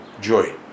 joy